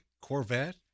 Corvette